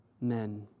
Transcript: men